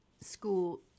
School